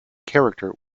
character